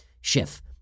Schiff